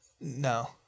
no